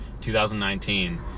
2019